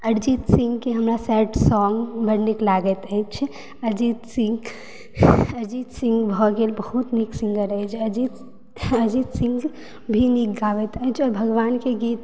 अरजीत सिंह के हमरा sad song बड़ नीक लागैत अछि अरजीत सिंह अरजीत सिंह भऽ गेल बहुत नीक सिंगर अछि अरजीत सिंह भी नीक गाबैत अछि आओर भगवान के गीत